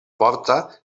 porta